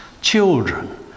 children